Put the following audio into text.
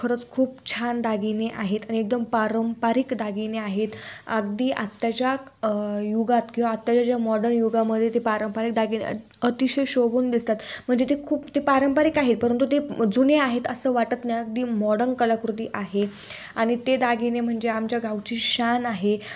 खरंच खूप छान दागिने आहेत आणि एकदम पारंपारिक दागिने आहेत अगदी आत्ताच्या युगात किंवा आत्ताच्या ज्या मॉडर्न युगामध्ये ते पारंपरिक दागिने अतिशय शोभून दिसतात म्हणजे ते खूप ते पारंपरिक आहेत परंतु ते जुने आहेत असं वाटत नाही अगदी मॉडर्न कलाकृती आहे आणि ते दागिने म्हणजे आमच्या गावची शान आहे